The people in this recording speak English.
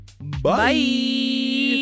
Bye